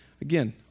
Again